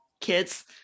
kids